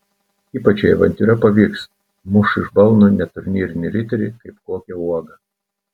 ypač jei avantiūra pavyks muš iš balno net turnyrinį riterį kaip kokią uogą